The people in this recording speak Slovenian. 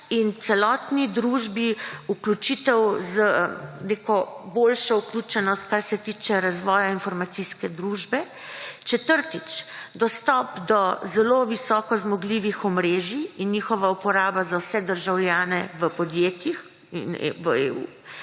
in celotni družbi neko boljšo vključenost, kar se tiče razvoja informacijske družbe. Četrtič, dostop do zelo visoko zmogljivih omrežij in njihova uporaba za vse državljane v podjetjih v EU.